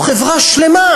זאת חברה שלמה,